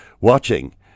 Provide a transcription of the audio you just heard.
watching